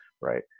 Right